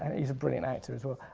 he's a brilliant actor as well.